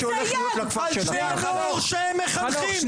אל תפחדי, אל תפחדי, אתה